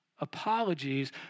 apologies